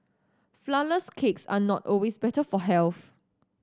flourless cakes are not always better for health